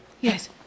Yes